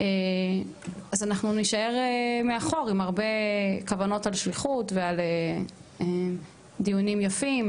אנחנו נישאר מאחור עם הרבה כוונות של שליחות ודיונים יפים,